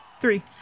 three